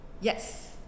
Yes